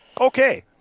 okay